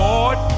Lord